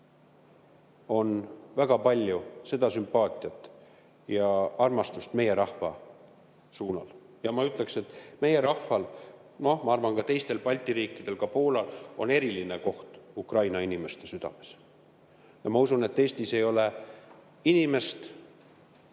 on väga palju sümpaatiat ja armastust meie rahva vastu. Ma ütleksin, et meie rahval, ja ma arvan, et ka teistel Balti riikidel, ka Poolal on eriline koht Ukraina inimeste südames. Ma usun, et Eestis ei ole inimest,